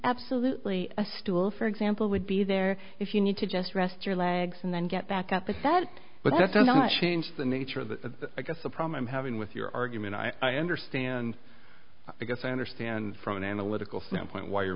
absolutely a stool for example would be there if you need to just rest your legs and then get back up with that but that does not change the nature of the i guess the problem i'm having with your argument i understand because i understand from an analytical standpoint why you're